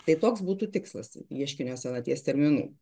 tai toks būtų tikslas ieškinio senaties terminų